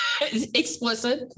Explicit